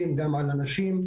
או מכל אירוע אחר קיצוני.